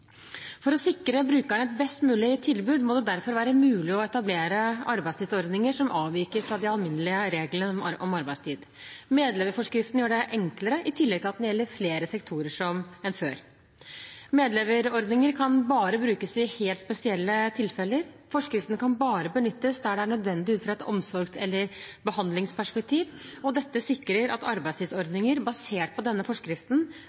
For å sikre brukerne et best mulig tilbud må det derfor være mulig å etablere arbeidstidsordninger som avviker fra de alminnelige reglene om arbeidstid. Medleverforskriften gjør det enklere, i tillegg til at den gjelder flere sektorer enn før. Medleverordninger kan bare brukes i helt spesielle tilfeller. Forskriften kan bare benyttes der det er nødvendig ut fra et omsorgs- eller behandlingsperspektiv. Dette sikrer at arbeidstidsordninger basert på denne forskriften